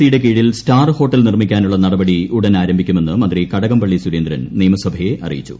C യുടെ കീഴിൽ star hotel നിർമ്മിക്കാനുള്ള നടപടി ആരംഭിക്കുമെന്ന് ഉടൻ മന്ത്രി കടകംപള്ളി സുരേന്ദ്രൻ നിയമസഭയെ അറിയിച്ചു